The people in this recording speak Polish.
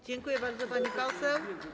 Dziękuję bardzo, pani poseł.